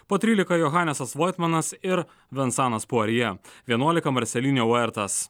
po trylika johanesas voitmanas ir vensanas puarija vienuolika marcelinio uertas